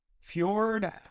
Fjord